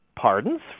pardons